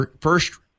First